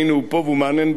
והנה הוא פה והוא מהנהן,